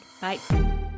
Bye